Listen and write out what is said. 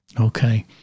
Okay